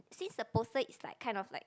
since the poster is like kind of like